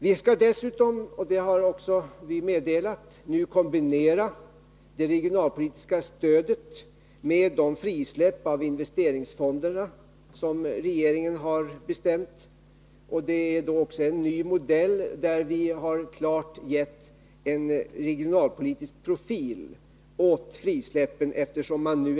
Vi skall dessutom, det har vi också meddelat, nu kombinera det regionalpolitiska stödet med det frisläppande av investeringsfonderna som regeringen har bestämt. Det är en ny modell, där vi klart ger en regionalpolitisk profil åt frisläppen.